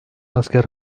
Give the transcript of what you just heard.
asker